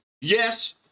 Yes